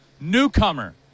Newcomer